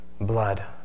blood